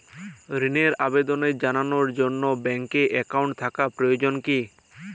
ঋণের আবেদন জানানোর জন্য ব্যাঙ্কে অ্যাকাউন্ট থাকা প্রয়োজন কী?